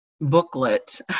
booklet